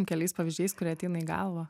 keliais pavyzdžiais kurie ateina į galvą